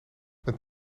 een